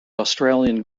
australian